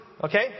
Okay